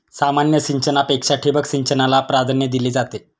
सामान्य सिंचनापेक्षा ठिबक सिंचनाला प्राधान्य दिले जाते